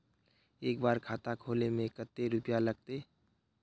एक बार खाता खोले में कते रुपया लगते?